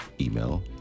email